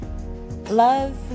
Love